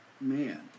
Man